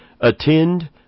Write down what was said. Attend